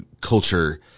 culture